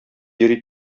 йөри